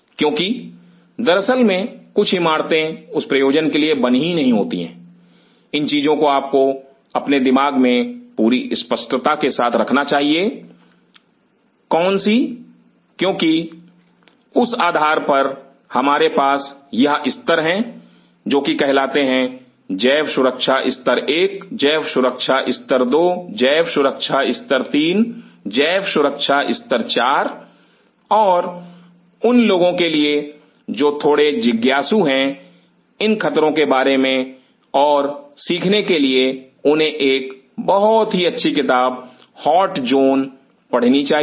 क्योंकि दरअसल में कुछ इमारतें उस प्रयोजन के लिए बनी ही नहीं होती हैं इन चीजों को आपके अपने दिमाग में पूरी स्पष्टता के साथ रखना चाहिए कौन सी क्योंकि उस आधार पर हमारे पास यह स्तर हैं जो कि कहलाते हैं जैव सुरक्षा स्तर 1 जैव सुरक्षा स्तर 2जैव सुरक्षा स्तर 3 जैव सुरक्षा स्तर 4 और उन लोगों के लिए जो थोड़े जिज्ञासु हैं इन खतरों के बारे में और सीखने के लिए उन्हें एक बहुत ही अच्छी किताब हॉट जोन पढ़नी चाहिए